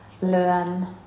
learn